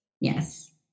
Yes